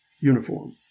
uniform